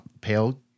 pale